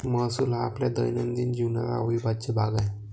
महसूल हा आपल्या दैनंदिन जीवनाचा अविभाज्य भाग आहे